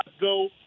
go